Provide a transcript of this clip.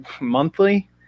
monthly